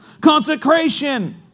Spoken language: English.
Consecration